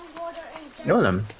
for the norm